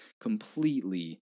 completely